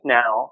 now